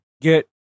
get